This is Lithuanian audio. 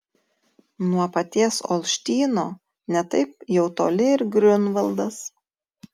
nuo paties olštyno ne taip jau toli ir griunvaldas